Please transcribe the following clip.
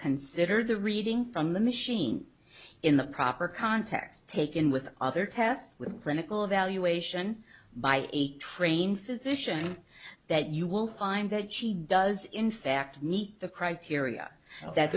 consider the reading from the machine in the proper context taken with other tests with clinical evaluation by a train physician that you will find that she does in fact meet the criteria that